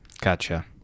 Gotcha